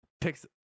Picks